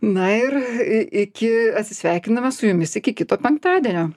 na ir iki atsisveikiname su jumis iki kito penktadienio